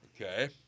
Okay